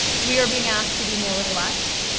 we are being asked to do more with less,